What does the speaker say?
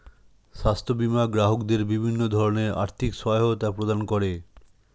স্বাস্থ্য বীমা গ্রাহকদের বিভিন্ন ধরনের আর্থিক সহায়তা প্রদান করে